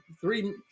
Three